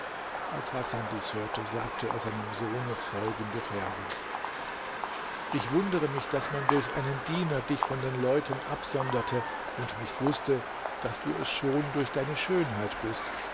als hasan dies hörte sagte er seinem sohne folgende verse ich wundere mich daß man durch einen diener dich von den leuten absonderte und nicht wußte daß du es schon durch deine schönheit bist